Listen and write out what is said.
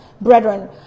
brethren